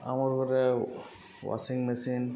ଆମର୍ ଘରେ washing machine